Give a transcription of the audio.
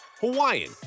Hawaiian